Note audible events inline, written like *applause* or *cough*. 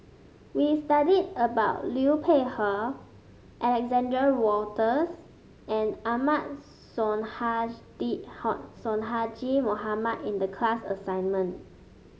we studied about Liu Peihe Alexander Wolters and Ahmad *unintelligible* Sonhadji Mohamad in the class assignment